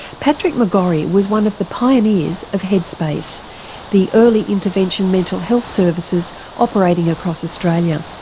patrick mcgorry was one of the pioneers of headspace the early intervention mental health services operating across australia.